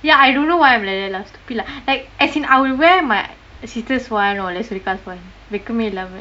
ya I don't know why I'm like that lah stupid lah like as in I will wear my sister's one or like surekha's one வெட்கமே இல்லாம:vetkkamae illaamae